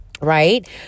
right